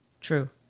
True